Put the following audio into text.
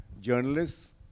journalists